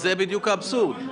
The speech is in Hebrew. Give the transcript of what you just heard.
זה בדיוק האבסורד.